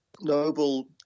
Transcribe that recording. Noble